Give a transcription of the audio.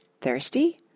Thirsty